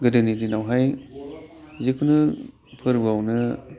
गोदोनि दिनावहाय जिखुनु फोरबोफोरावनो